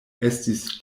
estis